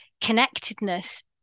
connectedness